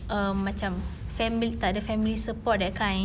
um macam family tak ada family support that kind